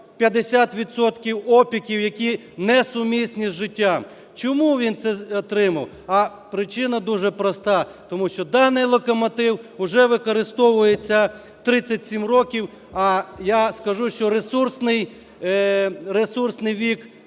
опіків, які несумісні з життям. Чому він це отримав? А причина дуже проста: тому що даний локомотив уже використовується 37 років, а я скажу, що ресурсний вік